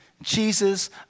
Jesus